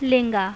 ᱞᱮᱝᱜᱟ